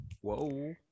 Whoa